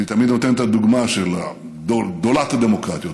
אני תמיד נותן את הדוגמה של גדולת הדמוקרטיות,